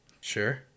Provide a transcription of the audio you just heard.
Sure